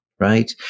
Right